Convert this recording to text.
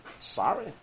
Sorry